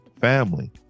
family